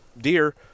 deer